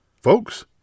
Folks